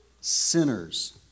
sinners